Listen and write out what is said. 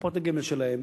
בקופות הגמל שלהם,